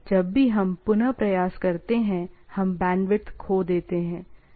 जब भी हम पुन प्रयास करते हैं हम बैंडविड्थ खो देते हैं